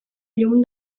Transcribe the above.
llum